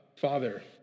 Father